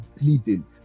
bleeding